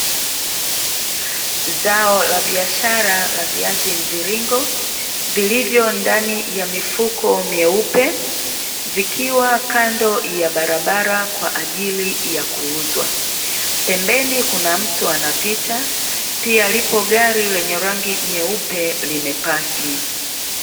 Zao la biashara la viazi mviringo, vilivyo ndani ya mifuko meupe, vikiwa kando ya barabara kwa ajili ya kuuzwa, pembeni kuna mtu anapita, pia lipo gari lenye rangi nyeupe limepaki.